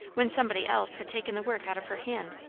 when somebody else had taken the work out of her hand.